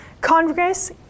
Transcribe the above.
Congress